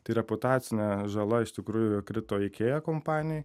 tai reputacinė žala iš tikrųjų krito ikėja kompanijai